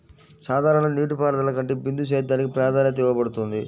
సాధారణ నీటిపారుదల కంటే బిందు సేద్యానికి ప్రాధాన్యత ఇవ్వబడుతుంది